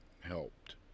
helped